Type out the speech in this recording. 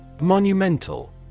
Monumental